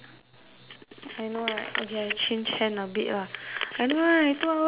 I know right okay I change hand a bit lah I know right two hours hold this